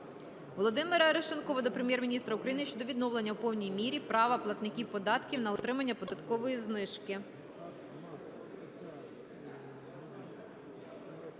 Володимира Арешонкова до Прем'єр-міністра України щодо відновлення в повній мірі права платників податків на отримання податкової знижки.